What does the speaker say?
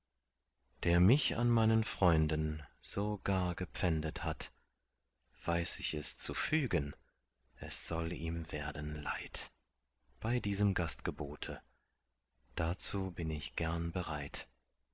der mich an meinen freunden so gar gepfändet hat weiß ich es zu fügen es soll ihm werden leid bei diesem gastgebote dazu bin ich gern bereit